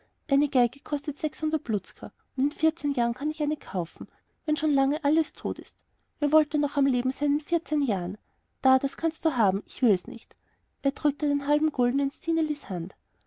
eine geige kostet sechshundert blutzger und in vierzehn jahren kann ich eine kaufen wenn schon lange alles tot ist wer wollte noch am leben sein in vierzehn jahren da das kannst du haben ich will's nicht damit drückte er den halben gulden in stinelis hand